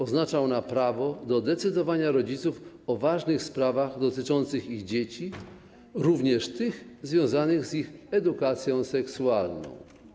Oznacza ona prawo rodziców do decydowania o ważnych sprawach dotyczących ich dzieci, również tych związanych z ich edukacją seksualną.